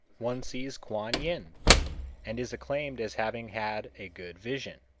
one sees kuan yin and is acclaimed as having had a good vision.